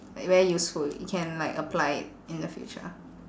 like very useful you can like apply it in the future